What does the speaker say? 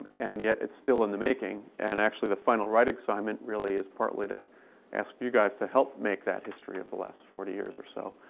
and yet, it's still in the making. and actually, the final writing assignment really is partly to ask you guys to help make that history of the last forty years or so.